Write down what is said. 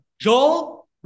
Joel